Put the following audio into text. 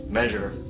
measure